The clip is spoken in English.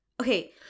okay